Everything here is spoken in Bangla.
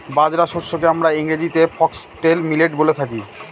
বাজরা শস্যকে আমরা ইংরেজিতে ফক্সটেল মিলেট বলে থাকি